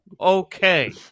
okay